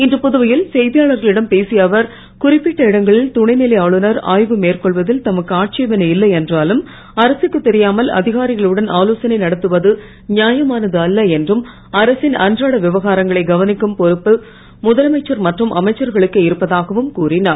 இன்று புதுவையில் செய்தியாளர்களிடம் பேசிய அவர் குறிப்பிட்ட இடங்களில் துணைநிலை ஆளுனர் ஆய்வு மேற்கொள்வதில் தமக்கு ஆட்சேபணை இல்லை என்ரூலும் அரசுக்குத் தெரியாமல் அதிகாரிகளுடன் ஆலோசனை நடத்துவது நியாயமானது அல்ல என்றும் அரசின் அன்றாட விவகாரங்களை கவனிக்கும் பொறுப்பு முதலமைச்சர் மற்றும் அமைச்சர்களுக்கே இருப்பதாகவும் கூறிஞர்